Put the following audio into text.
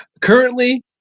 Currently